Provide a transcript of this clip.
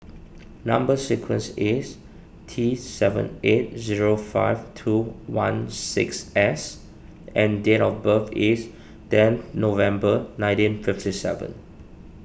Number Sequence is T seven eight zero five two one six S and date of birth is ten November nineteen fifty seven